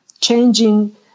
changing